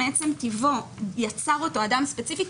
שמעצם טבעו יצר אותו אדם ספציפי,